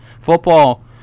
Football